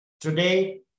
Today